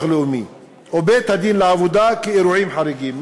לאומי ובית-הדין לעבודה כאירועים חריגים,